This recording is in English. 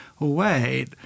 away